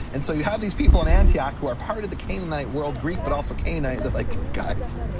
and so you have these people in antioch who are part of the canaanite world, greek but also canaanite, they're like look, guys,